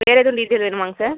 வேறேதும் detail வேணுமாங்க sir